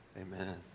Amen